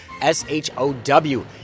S-H-O-W